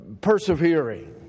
persevering